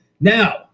Now